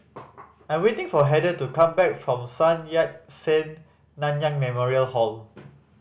I'm waiting for Heather to come back from Sun Yat Sen Nanyang Memorial Hall